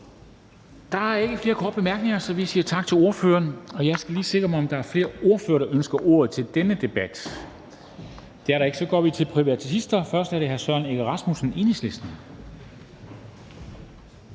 Der er ikke flere korte bemærkninger, så vi siger tak til ordføreren. Og jeg skal lige høre, om der er flere ordførere, der ønsker ordet til denne debat. Det er der ikke, og så går vi til privatisterne. Først er det hr. Søren Egge Rasmussen, Enhedslisten.